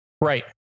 Right